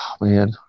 man